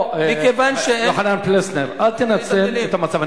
יוחנן פלסנר, אל תנצל את המצב.